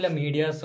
media